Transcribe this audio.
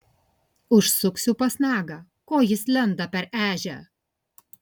užsuksiu pas nagą ko jis lenda per ežią